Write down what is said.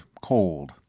cold